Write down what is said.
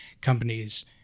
companies